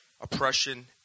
oppression